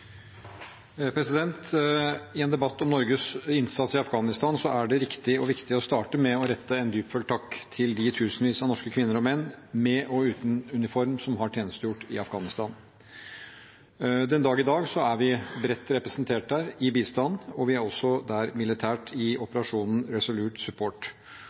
I en debatt om Norges innsats i Afghanistan er det riktig og viktig å starte med å rette en dypfølt takk til de tusenvis av norske kvinner og menn – med og uten uniform – som har tjenestegjort i Afghanistan. Den dag i dag er vi bredt representert i bistand der, og vi er også der militært i operasjonen Resolute Support.